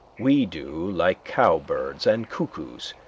we do like cowbirds and cuckoos,